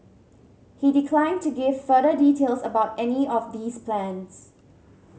he declined to give further details about any of these plans